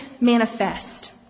manifest